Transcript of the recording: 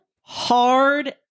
hard